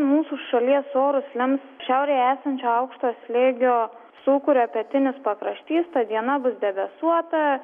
mūsų šalies orus lems šiaurėje esančio aukšto slėgio sūkurio pietinis pakraštys diena bus debesuota